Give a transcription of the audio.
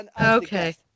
Okay